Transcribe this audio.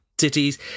Cities